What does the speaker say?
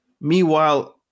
Meanwhile